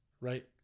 Right